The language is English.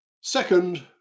Second